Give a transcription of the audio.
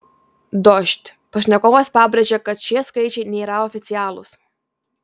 dožd pašnekovas pabrėžė kad šie skaičiai nėra oficialūs